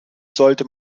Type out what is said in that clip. sollte